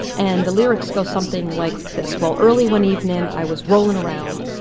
and the lyrics go something like this. well, early one evening, i was rollin' around.